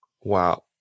Wow